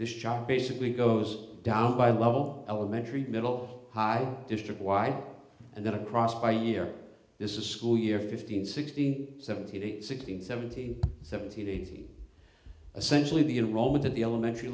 this job basically goes down by a level elementary middle district wide and then across by year this is school year fifteen sixteen seventeen sixteen seventeen seventeen eighteen essentially the in roman to the elementary